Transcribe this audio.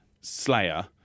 Slayer